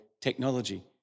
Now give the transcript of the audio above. technology